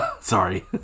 sorry